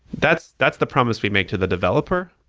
that's that's the promise we make to the developer,